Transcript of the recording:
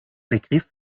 begriff